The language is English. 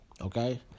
Okay